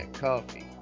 coffee